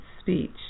speech